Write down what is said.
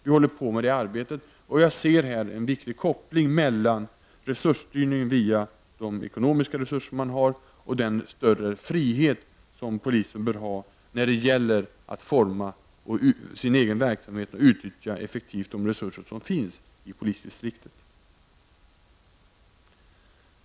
Vi håller på med det arbetet. Jag ser här en viktig koppling mellan resursstyrning via de ekonomiska resurser man har och den större frihet som polisen bör ha när det gäller att utforma sin egen verksamhet och att effektivt utnyttja de resurser som finns i polisdistriktet.